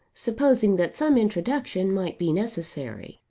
supposing that some introduction might be necessary.